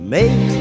Make